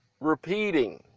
repeating